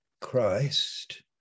Christ